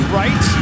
right